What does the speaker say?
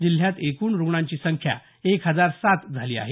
जिल्ह्यात एकूण रुग्णांची संख्या एक हजार सात झाली आहे